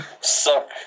Suck